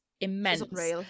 immense